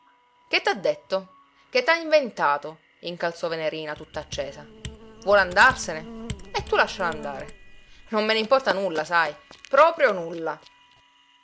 che t'ha detto che t'ha inventato incalzò venerina tutta accesa vuole andarsene e tu lascialo andare non me n'importa nulla sai proprio nulla